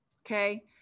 Okay